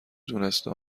دونسته